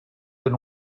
been